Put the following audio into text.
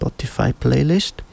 Spotify-Playlist